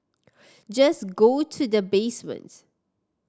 just go to the basement